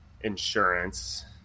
insurance